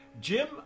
Jim